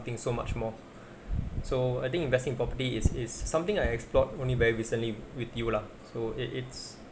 I think so much more so I think investing property is is something I explored only very recently with you lah so it it's